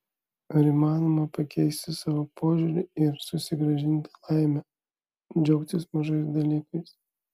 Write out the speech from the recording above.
ar įmanoma pakeisti savo požiūrį ir susigrąžinti laimę džiaugtis mažais dalykais